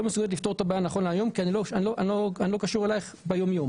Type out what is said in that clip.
לא מסוגלת לפתור את הבעיה נכון להיום כי אני לא קשור אליך ביום יום